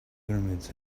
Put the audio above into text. pyramids